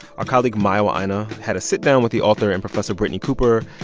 our colleague mayowa aina had a sit-down with the author and professor brittney cooper.